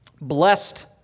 blessed